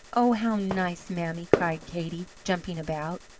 oh, how nice, mammy! cried katey, jumping about.